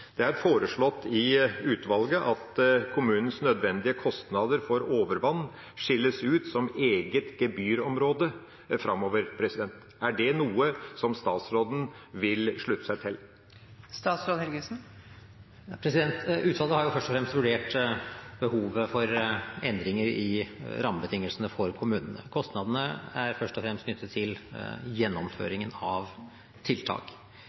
Det er foreslått av utvalget at kommunens nødvendige kostnader for overvann skilles ut som eget gebyrområde framover. Er det noe statsråden vil slutte seg til? Utvalget har først og fremst vurdert behovet for endringer i rammebetingelsene for kommunene. Kostnadene er først og fremst knyttet til gjennomføringen av tiltak.